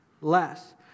less